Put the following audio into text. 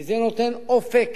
כי זה נותן אופק